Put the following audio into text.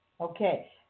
Okay